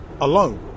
alone